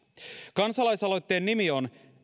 kansalaisaloitteen nimi on